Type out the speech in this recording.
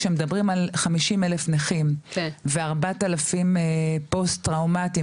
כשמדברים על 50,000 נכים ו-4,000 פוסט טראומטיים,